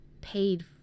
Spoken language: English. paid